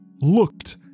looked